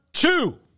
Two